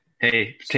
Hey